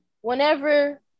whenever